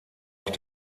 auch